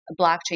blockchain